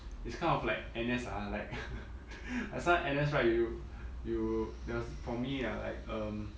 it's kind of like N_S ah like like some N_S right you you you there was for me ah like um